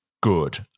good